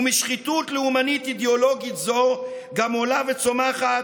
ומשחיתות לאומנית-אידיאולוגית זו עולה וצומחת,